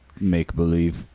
make-believe